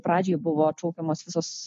pradžiai buvo atšaukiamos visos